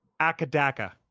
Akadaka